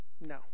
No